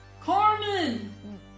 Carmen